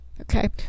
Okay